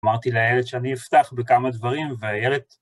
אמרתי לילד שאני אפתח בכמה דברים והילד...